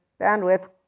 bandwidth